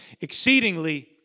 exceedingly